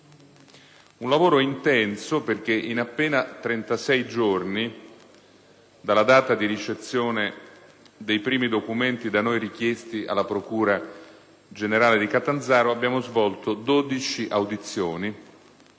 Un lavoro intenso, perché in appena 36 giorni dalla data di ricezione dei primi documenti da noi richiesti alla procura generale di Catanzaro, abbiamo svolto 12 audizioni,